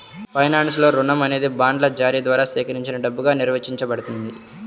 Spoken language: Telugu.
ఫైనాన్స్లో, రుణం అనేది బాండ్ల జారీ ద్వారా సేకరించిన డబ్బుగా నిర్వచించబడింది